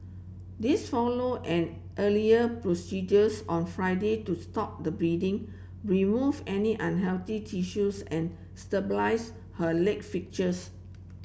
this followed an earlier procedures on Friday to stop the bleeding remove any unhealthy tissues and stabilise her leg fractures